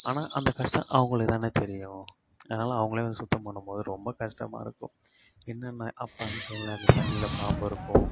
ஆனால் அந்த கஷ்டம் அவங்களுக்கு தான் தெரியும் அதனால் அவங்களே வந்து சுத்தம் பண்ணும் போது ரொம்ப கஷ்டமாக இருக்கும் என்னன்னா அப்போ அந்த டைமில் தண்ணியில் பாம்பு இருக்கும்